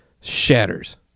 shatters